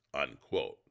unquote